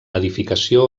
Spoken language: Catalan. edificació